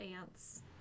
ants